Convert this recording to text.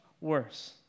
worse